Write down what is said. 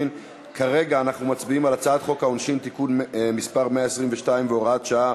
כרגע אנחנו מצביעים על הצעת חוק העונשין (תיקון מס' 122 והוראת שעה),